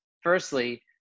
firstly